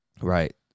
Right